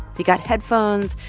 he got headphones,